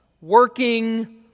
working